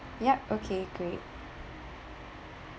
yup okay great